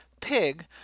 Pig